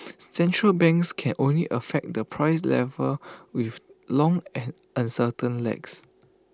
central banks can only affect the price level with long and uncertain lags